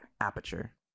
Aperture